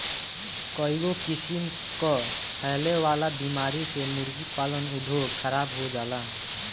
कईगो किसिम कअ फैले वाला बीमारी से मुर्गी पालन उद्योग खराब हो जाला